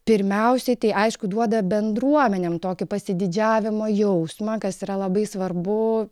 pirmiausiai tai aišku duoda bendruomenėm tokį pasididžiavimo jausmą kas yra labai svarbu